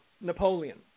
Napoleon